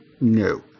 no